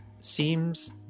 Seems